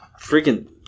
Freaking